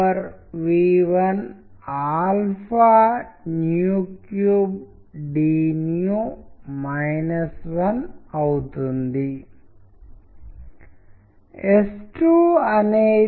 ఇప్పుడు నేను మీతో పంచుకోవాలనుకున్నది నేను మీతో పంచుకోబోయేది ఏంటంటే నేను మరియు నా విద్యార్థులు ఒక సమయంలో చేసిన పరిశోధనకు సంబంధించినది మరియు దీని ద్వారా అర్థాన్ని వేరే మార్గాల్లో తెలియజేయడం కమ్యూనికేట్ చేయడం జరిగింది